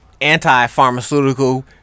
anti-pharmaceutical